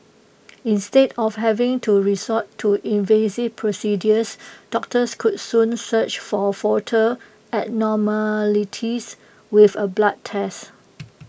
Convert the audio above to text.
instead of having to resort to invasive procedures doctors could soon search for foetal abnormalities with A blood test